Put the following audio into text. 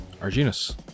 Arginus